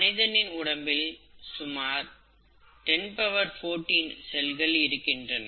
மனிதனின் உடம்பில் சுமார் 1014 செல்கள் இருக்கின்றன